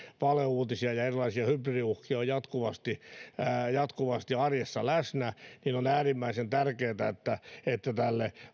valeuutisia ja erilaisia hybridiuhkia on jatkuvasti arjessa läsnä on äärimmäisen tärkeätä että tälle